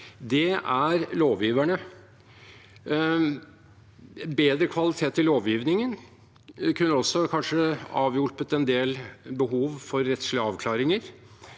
det er lovgiverne. Bedre kvalitet i lovgivningen kunne også kanskje ha avhjulpet en del behov for rettslige avklaringer,